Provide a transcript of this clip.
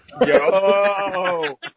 Yo